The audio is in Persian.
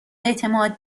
اعتماد